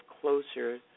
closer